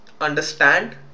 understand